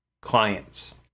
clients